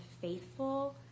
faithful